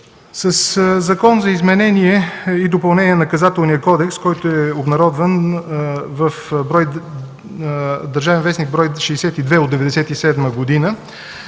Със Закона за изменение и допълнение на Наказателния кодекс, който е обнародван в „Държавен вестник”, бр. 62 от 1997 г.